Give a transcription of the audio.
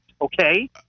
okay